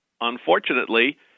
Unfortunately